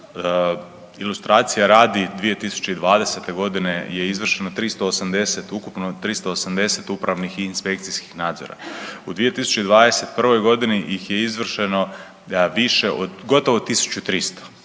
Ilustracije radi 2020. godine je izvršeno 380, ukupno 380 upravnih i inspekcijskih nadzora. U 2021. godini ih je izvršeno više od, gotovo 1300,